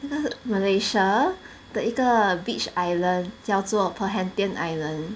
malaysia 的一个 beach island 叫做 perhentian island